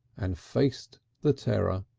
and faced the terror.